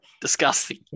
Disgusting